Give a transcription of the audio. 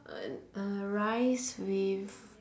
uh rice with